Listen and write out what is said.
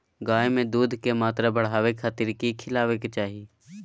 गाय में दूध के मात्रा बढ़ावे खातिर कि खिलावे के चाही?